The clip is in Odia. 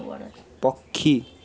ପକ୍ଷୀ